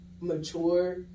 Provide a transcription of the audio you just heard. mature